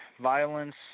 violence